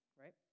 right